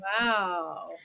Wow